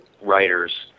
writers